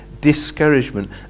discouragement